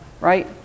right